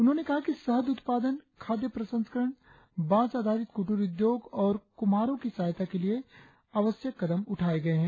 उन्होंने कहा कि शहद उद्पादन खाद्य प्रशंस्करण बास आधारित कुटीर उद्योग और कुम्हारों की सहायता के लिए आवश्यक कदम उठाया गया है